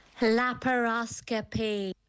LAPAROSCOPY